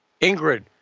Ingrid